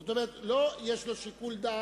זאת אומרת, לא שיש לו שיקול דעת,